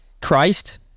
christ